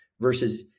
versus